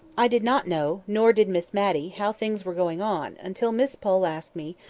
i did not know, nor did miss matty, how things were going on, until miss pole asked me,